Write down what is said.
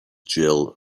gil